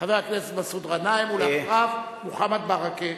חבר הכנסת מסעוד גנאים, ואחריו, מוחמד ברכה.